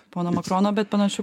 pono makrono bet panašu